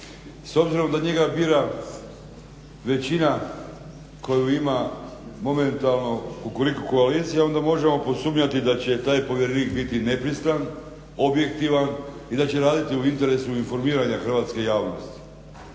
S obzirom da njega bira većina koju ima momentalno u Kukuriku koaliciji, onda možemo posumnjati da će taj povjerenik biti nepristran, objektivan, i da će raditi u interesu informiranja hrvatske javnosti.